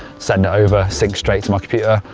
send it over, sync straight to my computer.